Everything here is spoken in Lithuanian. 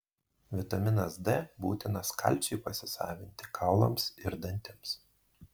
vitaminas d būtinas kalciui pasisavinti kaulams ir dantims